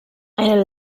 eine